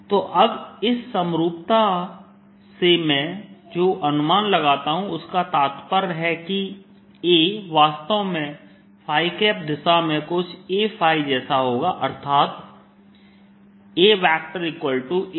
तो अब इस समरूपता से मैं जो अनुमान लगाता हूं उसका तात्पर्य है कि A वास्तव में दिशा में कुछ A जैसा होगा अर्थात AA